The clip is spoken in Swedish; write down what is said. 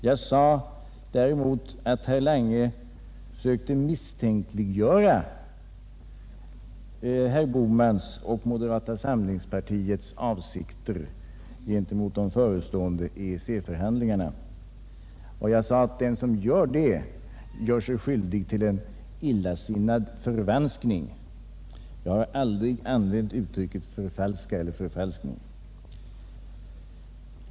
Jag sade däremot att herr Lange försökte misstänkliggöra herr Bohmans och moderata samlingspartiets avsikter gentemot de förestående EEC-förhandlingarna, och jag sade att den som gör det gör sig skyldig till en illasinnad förvanskning. Jag har aldrig använt uttrycket förfalskning.